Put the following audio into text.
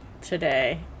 today